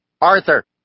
Arthur